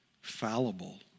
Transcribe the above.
fallible